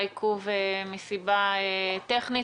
אנחנו מתנצלים על העיכוב מסיבה טכנית,